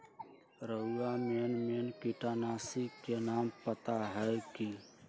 रउरा main main किटनाशी के नाम पता हए कि?